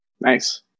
Nice